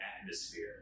atmosphere